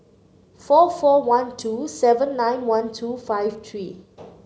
four four one two seven nine one two five three